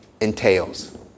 entails